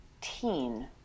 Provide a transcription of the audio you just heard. teen